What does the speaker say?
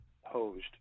hosed